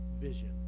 vision